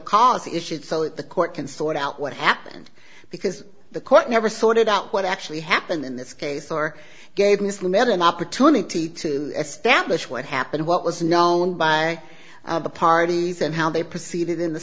cause issued so that the court can sort out what happened because the court never sorted out what actually happened in this case or gave miss limited an opportunity to establish what happened what was known by the parties and how they perceive it in the